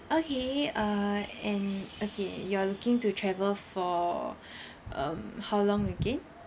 okay uh and okay you are looking to travel for um how long again